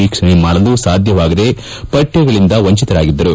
ವೀಕ್ಷಣೆ ಮಾಡಲು ಸಾಧ್ಯವಾಗದೆ ಪಾಠಗಳಿಂದ ವಂಚಿತರಾಗಿದ್ದರು